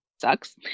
sucks